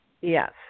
Yes